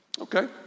Okay